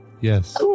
Yes